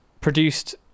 produced